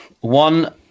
One